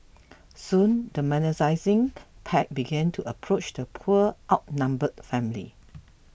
soon the pack began to approach the poor outnumbered family